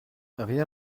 rien